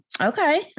okay